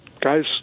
guy's